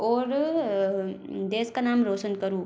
और देश का नाम रोशन करूँ